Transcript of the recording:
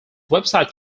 website